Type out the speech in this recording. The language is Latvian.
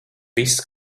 viss